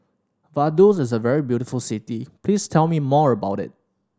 Vaduz is a very beautiful city please tell me more about it